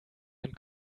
and